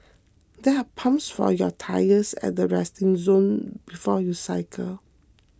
there are pumps for your tyres at the resting zone before you cycle